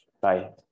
bye